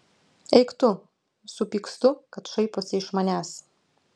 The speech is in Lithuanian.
eik tu supykstu kad šaiposi iš manęs